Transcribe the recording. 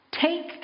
take